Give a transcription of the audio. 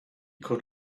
could